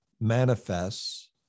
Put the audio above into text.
manifests